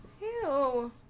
Ew